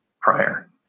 prior